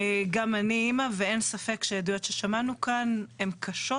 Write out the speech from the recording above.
גם אני אמא ואין ספק שהעדויות ששמענו כאן הן קשות